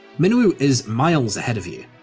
minwu is miles ahead of you.